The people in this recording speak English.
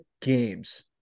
games